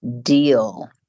deal